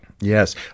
Yes